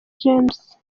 james